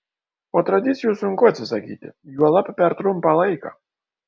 o tradicijų sunku atsisakyti juolab per trumpą laiką